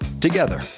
together